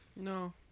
No